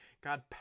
God